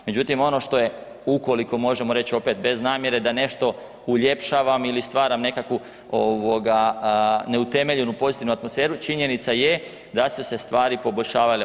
Međutim, ono što je ukoliko možemo reći opet bez namjere da nešto uljepšavam ili stvaram nekakvu neutemeljenu pozitivnu atmosferu, činjenica je da su se stvari poboljšavale.